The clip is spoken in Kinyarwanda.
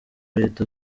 reta